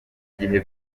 gihe